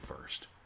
first